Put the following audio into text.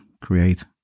create